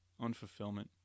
unfulfillment